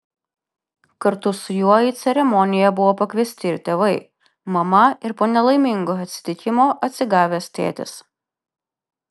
kartu su juo į ceremoniją buvo pakviesti ir tėvai mama ir po nelaimingo atsitikimo atsigavęs tėtis